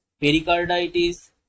pericarditis